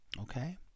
Okay